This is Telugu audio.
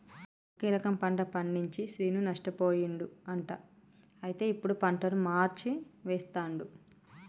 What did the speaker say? ఒకే రకం పంట పండించి శ్రీను నష్టపోయిండు అంట అయితే ఇప్పుడు పంటను మార్చి వేస్తండు